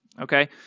Okay